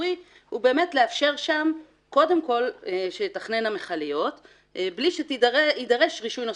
הציבורי הוא לאפשר שם קודם כול שתחנינה מכליות מבלי שיידרש רישוי נוסף,